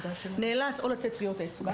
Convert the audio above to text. נאלץ או לתת טביעות אצבע,